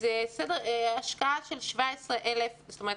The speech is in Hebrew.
זו השקעה זאת אומרת,